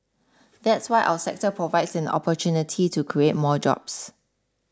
that's why our sector provides an opportunity to create more jobs